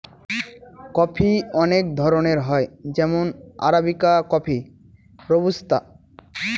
coffee অনেক ধরনের হয় যেমন আরাবিকা কফি, রোবুস্তা